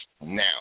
now